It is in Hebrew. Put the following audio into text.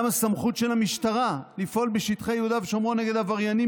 גם הסמכות של המשטרה לפעול בשטחי יהודה ושומרון נגד עבריינים